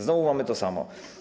Znowu mamy to samo.